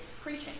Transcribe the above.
preaching